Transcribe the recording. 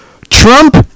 Trump